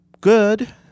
good